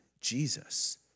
Jesus